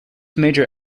major